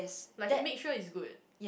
like he make sure is good